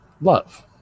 love